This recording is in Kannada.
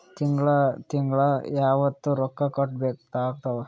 ತಿಂಗಳ ತಿಂಗ್ಳ ಯಾವತ್ತ ರೊಕ್ಕ ಕಟ್ ಆಗ್ತಾವ?